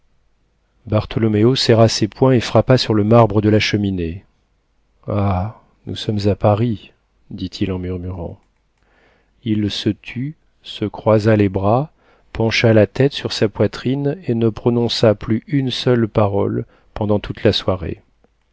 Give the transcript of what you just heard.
bartholoméo serra ses poings et frappa sur le marbre de la cheminée ah nous sommes à paris dit-il en murmurant il se tut se croisa les bras pencha la tête sur sa poitrine et ne prononça plus une seule parole pendant toute la soirée